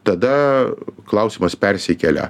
tada klausimas persikelia